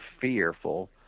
fearful